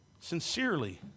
Sincerely